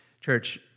Church